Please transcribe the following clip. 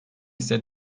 ise